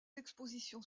expositions